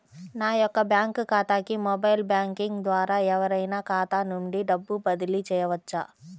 నా యొక్క బ్యాంక్ ఖాతాకి మొబైల్ బ్యాంకింగ్ ద్వారా ఎవరైనా ఖాతా నుండి డబ్బు బదిలీ చేయవచ్చా?